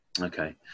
Okay